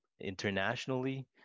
internationally